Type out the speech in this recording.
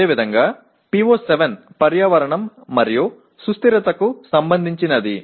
అదేవిధంగా PO7 పర్యావరణం మరియు సుస్థిరతకు సంబంధించినది